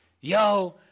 yo